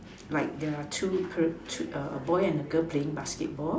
like there are two a boy and a girl playing basketball